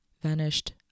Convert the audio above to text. vanished